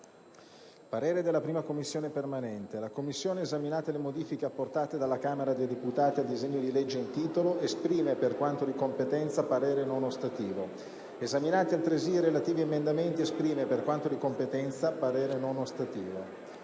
«La 1a Commissione permanente, esaminate le modifiche apportate dalla Camera dei deputati al disegno di legge in titolo, esprime, per quanto di competenza, parere non ostativo. Esaminati altresì i relativi emendamenti, esprime, per quanto di competenza, parere non ostativo».